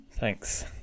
thanks